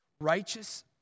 Righteous